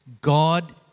God